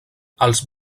els